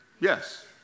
yes